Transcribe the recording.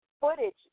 footage